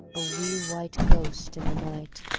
a wee white ghost in the night.